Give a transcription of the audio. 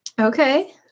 Okay